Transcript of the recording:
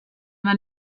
man